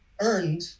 earned